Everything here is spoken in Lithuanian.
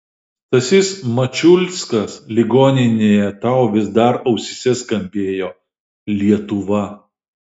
stasys mačiulskas ligoninėje tau vis dar ausyse skambėjo lietuva